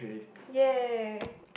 !yay!